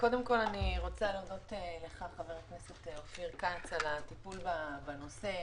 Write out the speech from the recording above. קודם כל אני רוצה להודות לך חבר הכנסת אופיר כץ על הטיפול בנושא.